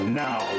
now